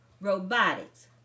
Robotics